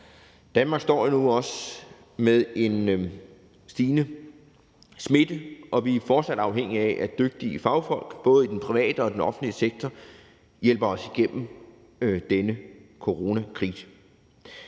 Danmark står også nu med en stigende smitte, og vi er fortsat afhængige af, at dygtige fagfolk i både den private og den offentlige sektor hjælper os igennem denne coronakrise.